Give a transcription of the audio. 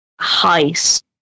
heist